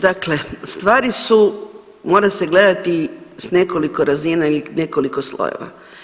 Dakle stvari su, mora se gledati s nekoliko razina ili nekoliko slojeva.